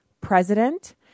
President